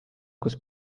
kus